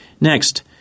Next